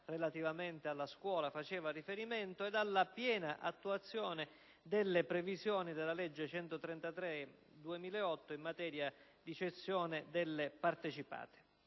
relativamente alla scuola, faceva riferimento, ed alla piena attuazione delle previsioni della legge n. 133 del 2008 in materia di cessione delle partecipate.